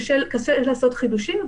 קשה לעשות חידושים,